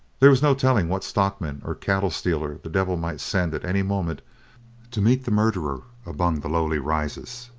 there was no telling what stockman or cattle-stealer the devil might send at any moment to meet the murderer among the lonely rises,